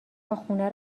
خونه